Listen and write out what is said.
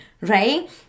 right